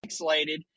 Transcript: pixelated